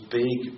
big